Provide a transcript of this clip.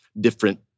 different